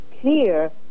clear